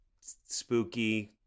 spooky